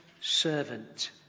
servant